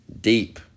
deep